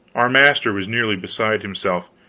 our master was nearly beside himself.